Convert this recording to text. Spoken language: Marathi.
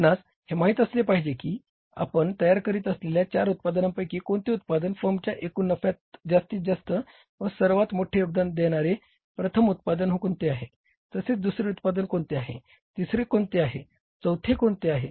आपणास हे माहित असले पाहिजे की आपण तयार करीत असलेल्या चार उत्पादनांपैकी कोणते उत्पादन फर्मच्या एकूण नफ्यात जास्तीत जास्त व सर्वात मोठे योगदान देणारे प्रथम उत्पादन कोणते आहे तसेच दुसरे कोणते आहे तिसरे कोणते आहेचौथे कोणते आहे